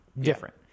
Different